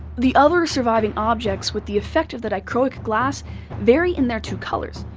the other surviving objects with the effect of the dichroic glass vary in their two colours,